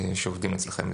שעובדים אצלכם.